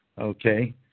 okay